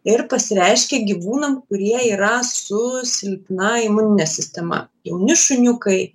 ir pasireiškia gyvūnam kurie yra su silpna imunine sistema jauni šuniukai